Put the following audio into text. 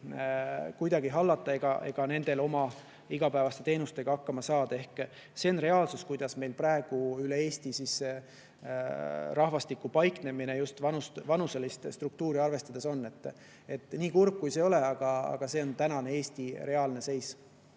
kuidagi hallata ega nendel oma igapäevaste teenustega hakkama saada. See on reaalsus, selline on meil praegu üle Eesti rahvastiku paiknemine, just vanuselist struktuuri arvestades. Nii kurb, kui see ka ei ole, selline on tänane reaalne Eesti